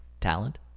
talent